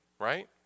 right